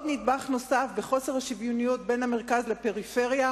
זהו נדבך נוסף בחוסר השוויוניות בין המרכז לפריפריה,